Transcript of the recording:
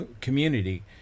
community